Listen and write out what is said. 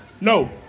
No